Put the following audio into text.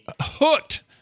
hooked